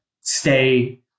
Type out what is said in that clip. stay